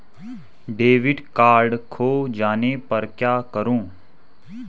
Debit card खो जाने पर क्या करूँ?